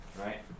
Right